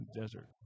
desert